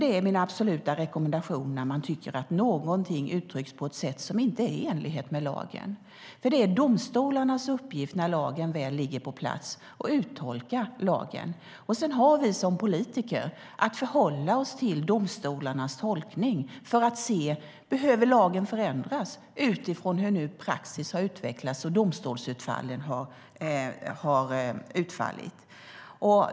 Det är min absoluta rekommendation att låta ärendet prövas i domstol om man tycker att någonting uttrycks på ett sätt som inte är i enlighet med lagen. Det är domstolarnas uppgift när lagen väl ligger på plats att uttolka den. Sedan har vi som politiker att förhålla oss till domstolarnas tolkning för att se om lagen behöver förändras utifrån hur praxis har utvecklats och domstolsutfallen har blivit.